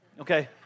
Okay